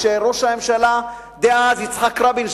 כשראש הממשלה דאז יצחק רבין,